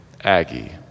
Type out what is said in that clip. Aggie